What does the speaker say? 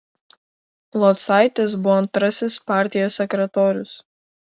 locaitis buvo antrasis partijos sekretorius